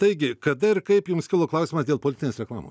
taigi kada ir kaip jums kilo klausimas dėl politinės reklamos